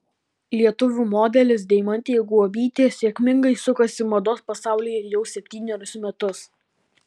lietuvių modelis deimantė guobytė sėkmingai sukasi mados pasaulyje jau septynerius metus